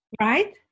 Right